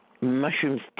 Mushrooms